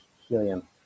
helium